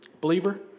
Believer